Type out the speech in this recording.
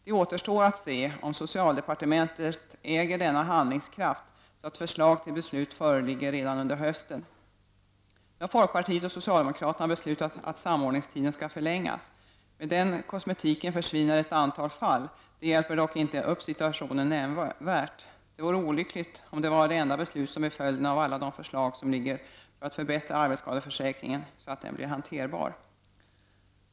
Det återstår att se om socialdepartementet äger denna handlingskraft, så att förslag till beslut föreligger redan under hösten. Nu har folkpartiet och socialdemokraterna beslutat att samordningstiden skall förlängas. Med den kosmetiken försvinner ett antal fall, det hjälper dock inte upp situationen nämnvärt. Det vore olyckligt om det var det enda beslut som blir följden av alla de förslag som ligger för att förbättra arbetsskadeförsäkringen så, att den blir hanterbar.